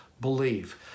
believe